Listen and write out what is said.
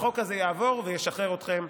החוק הזה יעבור וישחרר אתכם.